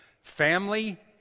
Family